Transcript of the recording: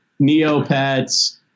Neopets